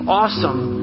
awesome